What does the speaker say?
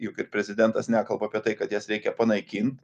juk ir prezidentas nekalba apie tai kad jas reikia panaikint